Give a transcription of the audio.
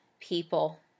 people